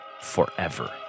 forever